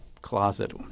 closet